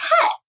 pet